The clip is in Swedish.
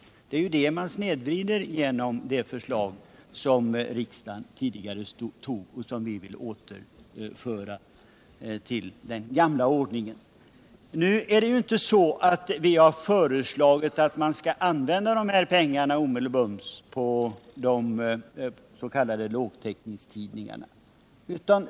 Effekten av det förslag som riksdagen tidigare har godtagit innebär en snedvridning, och vi vill återgå till den gamla ordningen. Vi har inte föreslagit att pengarna skall användas omedelbart för utökat stöd till lågtäckningstidningarna.